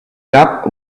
cup